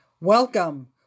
Welcome